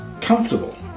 comfortable